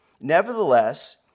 Nevertheless